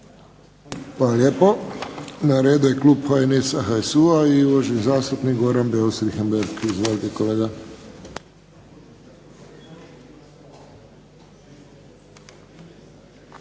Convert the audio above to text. Hvala lijepo. Na redu je klub HNS-a, HSU-a i uvaženi zastupnik Goran Beus Richembergh. Izvolite kolega.